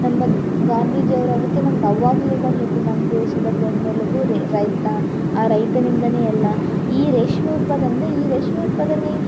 ನಮ್ಮ ಗಾಂಧೀಜಿ ಅವ್ರು ಅದಕ್ಕೆ ನಮ್ಗೆ ಅವಾಗಲಿಂದಾನೆ ಹೇಳ್ತಿದ್ದರು ರೈತರು ನಮ್ಮ ದೇಶದ ಬೆನ್ನೆಲುಬು ರೈತ ಆ ರೈತನಿಂದನೇ ಎಲ್ಲ ಈ ರೇಷ್ಮೆ ಉತ್ಪಾದನೆ ಈ ರೇಷ್ಮೆ ಉತ್ಪಾದನೆ